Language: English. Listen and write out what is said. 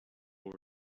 will